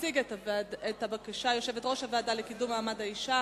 תציג את הבקשה יושבת-ראש הוועדה לקידום מעמד האשה,